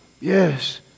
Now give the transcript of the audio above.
Yes